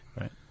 Right